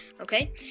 okay